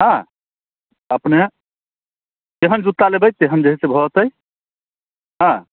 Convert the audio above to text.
हँ अपने केहन जूता लेबै तेहन जे हइ से भऽ जयतै हँ